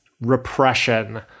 repression